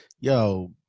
Yo